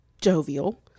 jovial